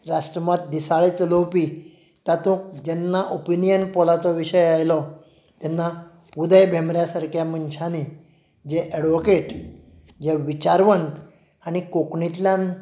राष्ट्रमत दिसाळें चलोवपी तातूंत जेन्ना ओपीनियन पोलाचो विशय आयलो तेन्ना उदय भेंब्रो सारक्या मनशानी जे एडवोकेट जे विचारवंत आनी कोंकणींतल्यान